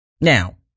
Now